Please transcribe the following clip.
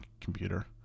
computer